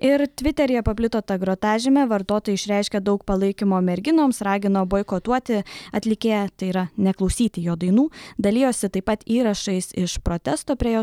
ir tviteryje paplito ta gratažymė vartotojai išreiškė daug palaikymo merginoms ragino boikotuoti atlikėją tai yra neklausyti jo dainų dalijosi taip pat įrašais iš protesto prie jo